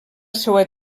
seua